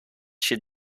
she